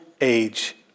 age